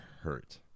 hurt